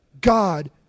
God